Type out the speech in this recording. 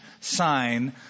sign